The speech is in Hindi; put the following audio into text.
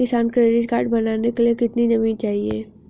किसान क्रेडिट कार्ड बनाने के लिए कितनी जमीन चाहिए?